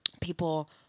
people